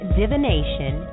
divination